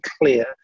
clear